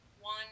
one